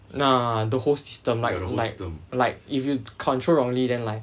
!hanna! the whole system like like like if you control wrongly then like